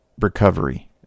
recovery